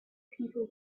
who